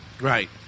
Right